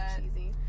cheesy